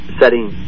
setting